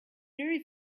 very